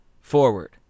forward